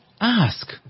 ask